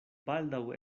baldaŭ